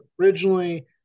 originally